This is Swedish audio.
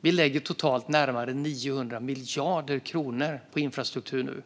Vi lägger totalt närmare 900 miljarder kronor på infrastruktur nu.